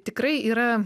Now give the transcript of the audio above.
tikrai yra